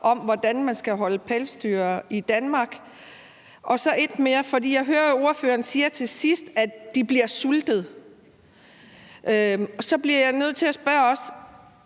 om, hvordan man skal holde pelsdyr i Danmark? Så har jeg et spørgsmål mere, for jeg hører, at ordføreren til sidst siger, at de bliver sultet. Så bliver jeg også nødt til at spørge: